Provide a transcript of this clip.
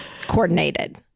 coordinated